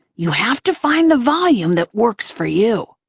you have to find the volume that works for you.